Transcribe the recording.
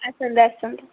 ଆସନ୍ତୁ ଆସନ୍ତୁ